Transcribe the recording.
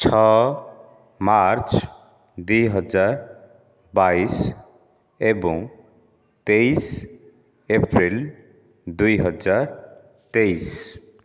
ଛଅ ମାର୍ଚ୍ଚ ଦୁଇ ହଜାର ବାଇଶି ଏବଂ ତେଇଶି ଏପ୍ରିଲ ଦୁଇ ହଜାର ତେଇଶି